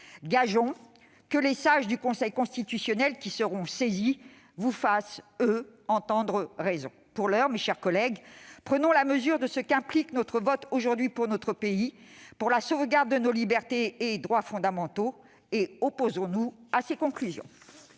Gageons que les Sages du Conseil constitutionnel, qui seront saisis, vous feront, eux, entendre raison. Pour l'heure, mes chers collègues, prenons la mesure de ce qu'implique notre vote aujourd'hui pour notre pays, pour la sauvegarde de nos libertés et droits fondamentaux, et opposons-nous à ces conclusions.